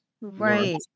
Right